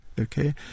Okay